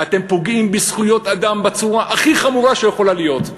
אתם פוגעים בזכויות אדם בצורה הכי חמורה שיכולה להיות.